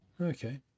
Okay